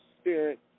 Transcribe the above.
spirit